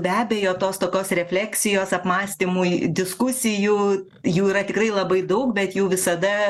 be abejo tos tokios refleksijos apmąstymui diskusijų jų yra tikrai labai daug bet jų visada